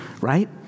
right